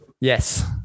Yes